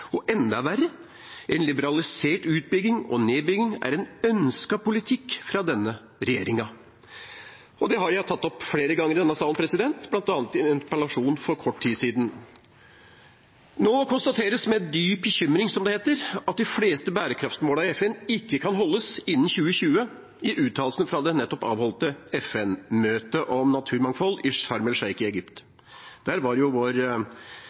dette. Enda verre: En liberalisert utbygging og nedbygging er en ønsket politikk fra denne regjeringen. Det har jeg tatt opp flere ganger i denne salen, bl.a. i en interpellasjon for kort tid siden. Nå konstateres det, med dyp bekymring, som det heter, at de fleste bærekraftsmålene i FN ikke kan holdes innen 2020, i uttalelsene fra det nettopp avholdte FN-møtet om naturmangfold i Sharm el Sheikh i Egypt. Der var vår